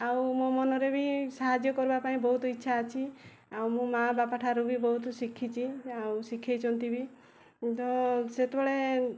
ଆଉ ମୋ ମନରେ ବି ସାହାଯ୍ୟ କରିବା ପାଇଁ ବହୁତ ଇଚ୍ଛା ଅଛି ଆଉ ମୁଁ ମା ବାପା ଠାରୁ ବି ବହୁତ ଶିଖିଛି ଶିଖାଇଛନ୍ତି ବି କିନ୍ତୁ ସେତେବେଳେ